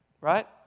Right